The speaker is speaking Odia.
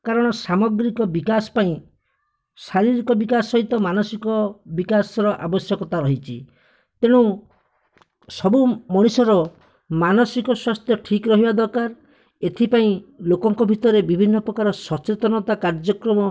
କାରଣ ସାମଗ୍ରିକ ବିକାଶପାଇଁ ଶାରୀରିକ ବିକାଶ ସହିତ ମାନସିକ ବିକାଶର ଆବଶ୍ୟକତା ରହିଛି ତେଣୁ ସବୁ ମଣିଷର ମାନସିକ ସ୍ୱାସ୍ଥ୍ୟ ଠିକ୍ ରହିବା ଦରକାର ଏଥିପାଇଁ ଲୋକଙ୍କ ଭିତରେ ବିଭିନ୍ନ ପ୍ରକାର ସଚେତନତା କାର୍ଯ୍ୟକ୍ରମ